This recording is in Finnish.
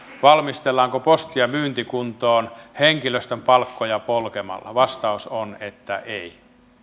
valmistellaanko postia myyntikuntoon henkilöstön palkkoja polkemalla vastaus on että ei